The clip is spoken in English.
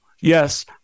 Yes